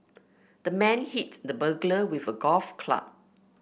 the man hit the burglar with a golf club